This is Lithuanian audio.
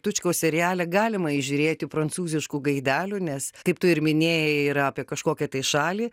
tučkaus seriale galima įžiūrėti prancūziškų gaidelių nes kaip tu ir minėjai yra apie kažkokią tai šalį